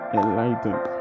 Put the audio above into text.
enlightened